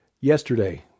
yesterday